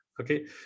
okay